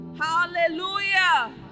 Hallelujah